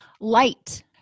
Light